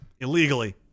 Illegally